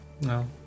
No